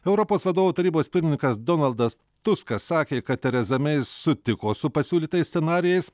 europos vadovų tarybos pirmininkas donaldas tuskas sakė kad tereza mei sutiko su pasiūlytais scenarijais